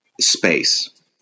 space